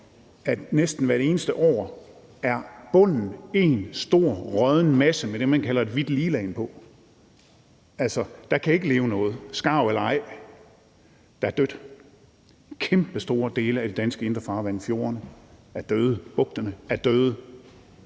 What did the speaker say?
at næsten hvert eneste år er bunden én stor rådden masse med det, man kalder et hvidt liglagen på. Der kan ikke leve noget, skarv eller ej. Der er dødt. Kæmpestore dele af de danske indre farvande, fjordene, er døde, bugterne er døde.